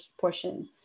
portion